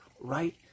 right